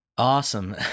Awesome